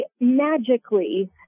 magically